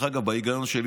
לפי ההיגיון שלי,